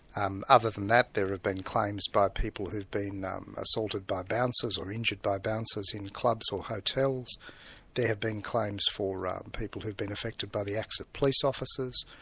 um other than that, there have been claims by people who've been um assaulted by bouncers or injured by bouncers in clubs or hotels there have been claims for ah people who've been affected by the acts of police officers,